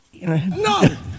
no